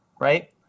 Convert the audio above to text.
right